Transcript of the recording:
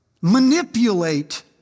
manipulate